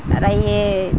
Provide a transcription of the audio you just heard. ପ୍ରାୟେ